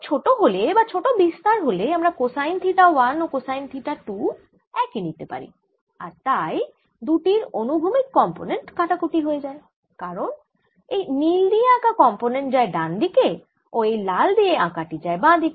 কোণ ছোট হলে বা ছোট বিস্তার হলে আমরা কোসাইন থিটা 1 ও কোসাইন থিটা 2 একই নিতে পারি আর তাই দুটির অনুভূমিক কম্পোনেন্ট কাটাকুটি হয়ে যায় কারণ এই নীল দিয়ে আঁকা কম্পোনেন্ট যায় ডান দিকে ও এই লাল দিয়ে আঁকা টি যায় বাঁ দিকে